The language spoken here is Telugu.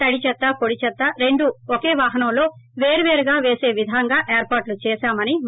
తడి చెత్త పొడి చెత్త రెండు ఒకే వాహనంలో వేరు పేరుగా పేస విధంగా ఏర్పాట్లు చేసామని చెప్పారు